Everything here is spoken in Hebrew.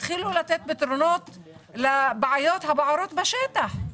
תתחילו לתת פתרונות לבעיות הבוערות בשטח.